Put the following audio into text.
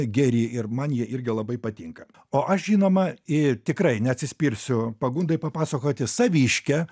geri ir man jie irgi labai patinka o aš žinoma ir tikrai neatsispirsiu pagundai papasakoti saviškę